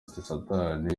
satani